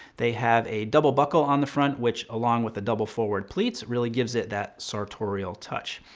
they have a double buckle on the front, which along with the double forward pleats really gives it that sartorial touch.